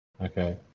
Okay